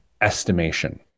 estimation